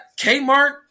Kmart